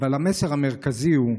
אבל המסר המרכזי הוא: